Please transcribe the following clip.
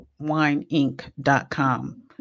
wineinc.com